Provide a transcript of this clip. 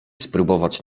spróbować